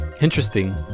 Interesting